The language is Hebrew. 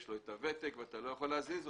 וותק ואתה לא יכול להזיז אותו.